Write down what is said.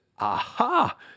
aha